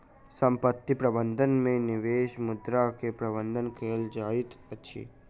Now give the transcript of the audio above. संपत्ति प्रबंधन में निवेश मुद्रा के प्रबंधन कएल जाइत अछि